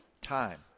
time